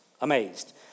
amazed